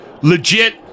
Legit